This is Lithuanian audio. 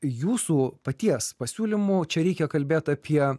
jūsų paties pasiūlymu čia reikia kalbėt apie